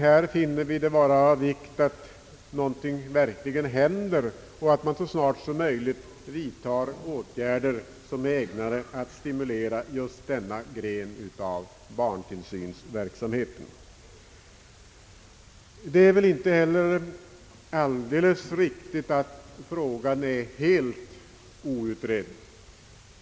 Här finner vi det dock framför allt vara av vikt att något verkligen händer och att man så snart som möjligt vidtager åtgärder som är ägnade att stimulera just denna gren av barntillsynsverksamheten. Det är väl inte heller alldeles riktigt att frågan är helt outredd.